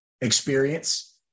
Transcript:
experience